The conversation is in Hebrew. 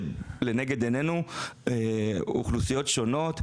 שלנגד עינינו יש אוכלוסיות שונות,